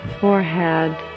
forehead